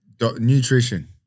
Nutrition